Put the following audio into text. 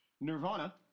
Nirvana